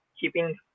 keeping